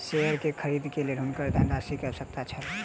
share के खरीद के लेल हुनका धनराशि के आवश्यकता छल